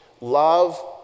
Love